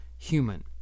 Human